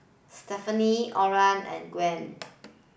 Stephania Orin and Gwen